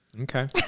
Okay